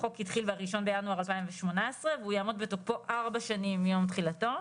החוק התחיל בחודש ינואר 2018 והוא יעמוד בתוקפו ארבע שנים מיום תחילתו.